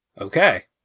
Okay